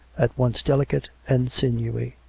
at once delicate and sinewy.